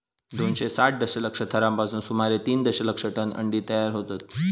दोनशे साठ दशलक्ष थरांपासून सुमारे तीन दशलक्ष टन अंडी तयार होतत